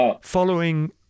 following